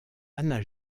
hana